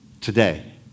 Today